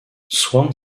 swann